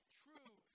true